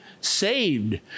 saved